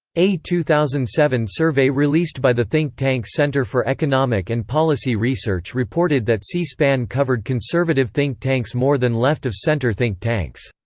a two thousand and seven survey released by the think tank center for economic and policy research reported that c-span covered conservative think tanks more than left-of-center think tanks.